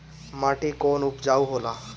माटी कौन उपजाऊ होला?